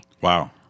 Wow